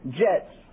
jets